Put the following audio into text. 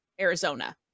arizona